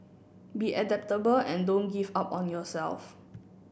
be adaptable and don't give up on yourself